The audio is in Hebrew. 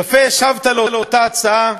יפה השבת על אותה הצעה,